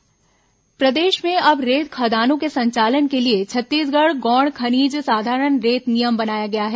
रेत खदान नीलामी प्रदेश में अब रेत खदानों के संचालन के लिए छत्तीसगढ़ गौण खनिज साधारण रेत नियम बनाया गया है